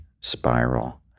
spiral